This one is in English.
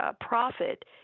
profit